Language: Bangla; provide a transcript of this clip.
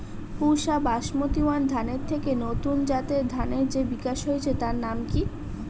পুসা বাসমতি ওয়ান ধানের থেকে নতুন জাতের ধানের যে বিকাশ হয়েছে তার নাম কি?